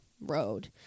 road